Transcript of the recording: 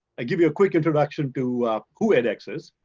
i give you a quick introduction to who edx is,